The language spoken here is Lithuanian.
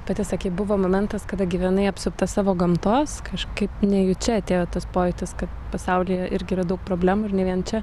pati sakei buvo momentas kada gyvenai apsupta savo gamtos kažkaip nejučia atėjo tas pojūtis kad pasaulyje irgi yra daug problemų ir ne vien čia